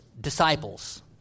disciples